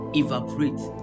evaporate